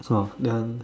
oh that one